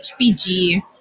HPG